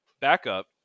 backup